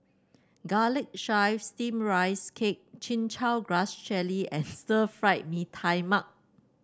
Garlic Chives Steamed Rice Cake Chin Chow Grass Jelly and Stir Fry Mee Tai Mak